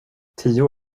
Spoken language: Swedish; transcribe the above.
tio